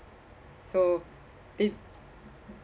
so did